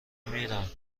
میرم